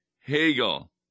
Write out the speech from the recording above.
Hegel